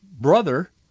brother